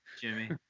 Jimmy